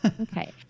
Okay